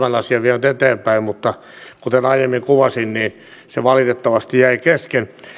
tämän asian vienyt eteenpäin mutta kuten aiemmin kuvasin niin se valitettavasti jäi kesken